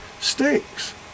stinks